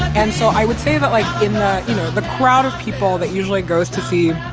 and so i would say that, like in the crowd of people, that usually goes to see,